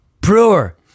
Brewer